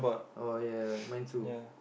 oh ya mine too